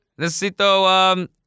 Necesito